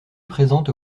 présente